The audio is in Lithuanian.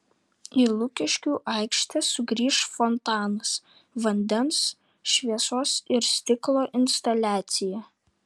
į lukiškių aikštę sugrįš fontanas vandens šviesos ir stiklo instaliacija